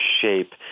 shape